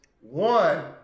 one